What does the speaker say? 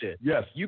Yes